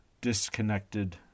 disconnected